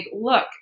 look